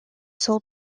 sold